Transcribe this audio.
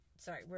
Sorry